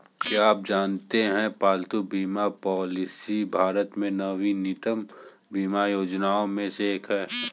क्या आप जानते है पालतू बीमा पॉलिसी भारत में नवीनतम बीमा योजनाओं में से एक है?